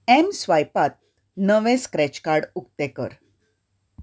एमस्वायपांत नवें scratch card उक्तें कर